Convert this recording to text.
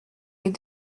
les